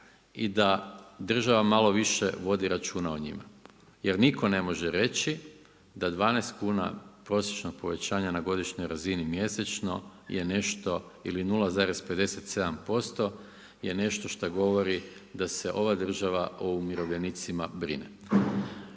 i da država malo više vodi računa o njima jer nitko ne može reći da 12 kuna prosječnog povećanja na godišnjoj razini mjesečno je nešto ili 0,57% je nešto šta govori da se ova država o umirovljenicima brine.